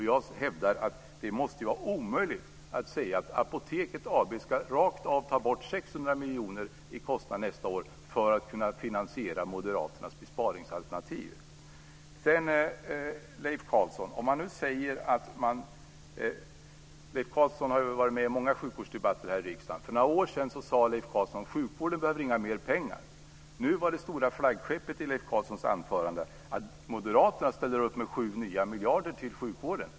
Jag hävdar att det måste vara omöjligt att säga att Apoteket AB rakt av ska ta bort 600 miljoner i kostnader nästa år för att kunna finansiera Moderaternas besparingsalternativ. Leif Carlson har ju varit med i många sjukvårdsdebatter här i riksdagen. För några år sedan sade Leif Carlson att sjukvården inte behöver mera pengar. Nu var det stora flaggskeppet i Leif Carlsons anförande att Moderaterna ställer upp med 7 nya miljarder till sjukvården.